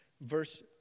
Verse